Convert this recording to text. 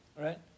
Right